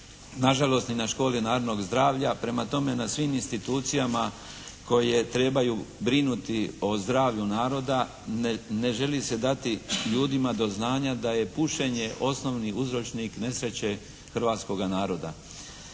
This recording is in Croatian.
nažalost ni na Školi narodnog zdravlja. Prema tome, na svim institucijama koje trebaju brinuti o zdravlju naroda ne želi se dati ljudima do znanja da je pušenje osnovni uzročnik nesreće hrvatskoga naroda.